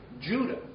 Judah